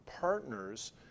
partners